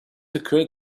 occurred